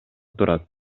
турат